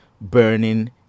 burning